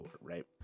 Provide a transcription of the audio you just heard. right